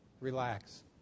Relax